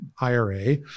IRA